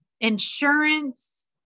insurance